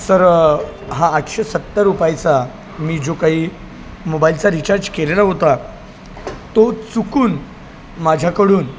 sir हा आठशे सत्तर रुपयाचा मी जो काही मोबाईलचा रिचार्ज केलेला होता तो चुकून माझ्याकडून